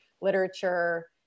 literature